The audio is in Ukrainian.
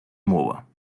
мова